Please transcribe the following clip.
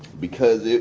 because,